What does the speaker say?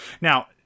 Now